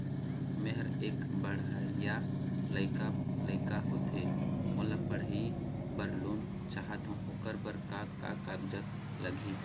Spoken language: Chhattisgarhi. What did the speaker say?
मेहर एक पढ़इया लइका लइका होथे मोला पढ़ई बर लोन चाहथों ओकर बर का का कागज लगही?